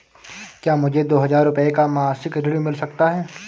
क्या मुझे दो हजार रूपए का मासिक ऋण मिल सकता है?